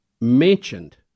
mentioned